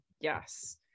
Yes